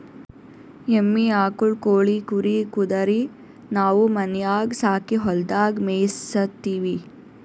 ಎಮ್ಮಿ ಆಕುಳ್ ಕೋಳಿ ಕುರಿ ಕುದರಿ ನಾವು ಮನ್ಯಾಗ್ ಸಾಕಿ ಹೊಲದಾಗ್ ಮೇಯಿಸತ್ತೀವಿ